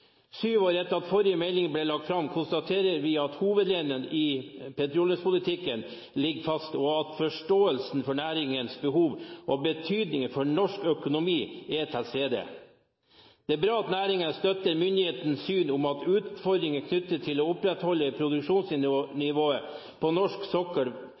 Syv år etter at forrige melding ble lagt fram, konstaterer vi at hovedlinjene i petroleumspolitikken ligger fast, og at forståelsen for næringens behov og betydningen for norsk økonomi er til stede. Det er bra at næringen støtter myndighetenes syn om at utfordringene knyttet til å opprettholde produksjonsnivået på norsk sokkel